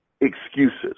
excuses